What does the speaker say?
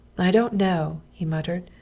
i don't know, he muttered.